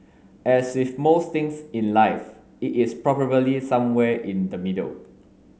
as with most things in life it is probably somewhere in the middle